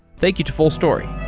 thank you to fullstory